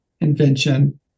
invention